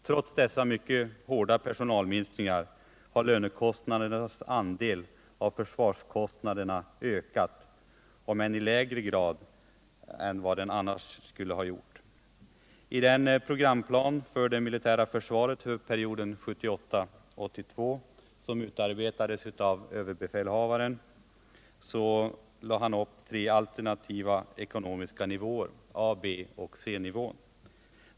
Trots dessa mycket hårda personalminskningar har lönekostnadernas andel av försvarskostnaderna ökat, om än i lägre grad än vad den annars skulle ha gjort. I den programplan för det militära försvaret för perioden 1978-1982 som utarbetades av överbefälhavaren lade han upp tre alternativa ekonomiska nivåer, kallade A-, B och C-nivån.